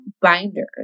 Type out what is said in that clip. binders